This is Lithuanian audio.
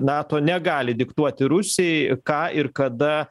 nato negali diktuoti rusijai ką ir kada